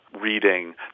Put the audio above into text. reading